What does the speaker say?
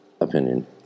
opinion